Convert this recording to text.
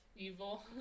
evil